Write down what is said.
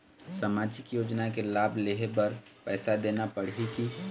सामाजिक योजना के लाभ लेहे बर पैसा देना पड़ही की?